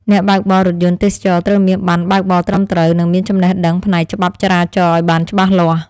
អ្នកបើកបររថយន្តទេសចរណ៍ត្រូវមានប័ណ្ណបើកបរត្រឹមត្រូវ និងមានចំណេះដឹងផ្នែកច្បាប់ចរាចរណ៍ឱ្យបានច្បាស់លាស់។